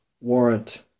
warrant